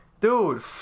Dude